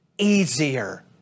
easier